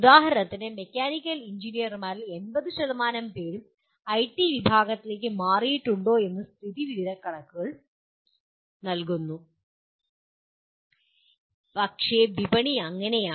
ഉദാഹരണത്തിന് മെക്കാനിക്കൽ എഞ്ചിനീയർമാരിൽ 80 പേരും ഐടി വിഭാഗങ്ങളിലേക്ക് മാറിയിട്ടുണ്ടോ എന്ന് സ്ഥിതിവിവരക്കണക്കുകൾ നൽകുന്നു പക്ഷേ വിപണി അങ്ങനെയാണ്